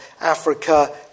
Africa